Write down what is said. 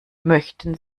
möchten